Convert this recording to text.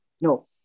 no